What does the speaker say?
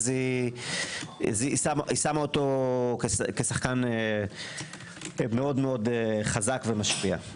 היא שמה אותו כשחקן מאוד חזק ומשפיע.